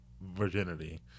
virginity